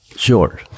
Sure